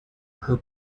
her